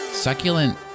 succulent